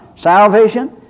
salvation